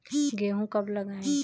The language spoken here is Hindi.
गेहूँ कब लगाएँ?